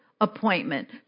appointment